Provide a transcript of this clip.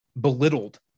belittled